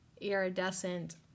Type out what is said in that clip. iridescent